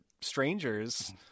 strangers